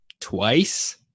twice